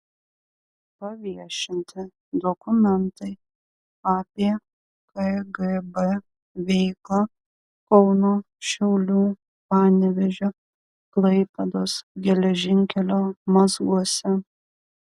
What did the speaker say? paviešinti dokumentai apie kgb veiklą kauno šiaulių panevėžio klaipėdos geležinkelio mazguose